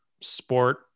sport